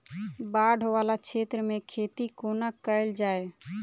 बाढ़ वला क्षेत्र मे खेती कोना कैल जाय?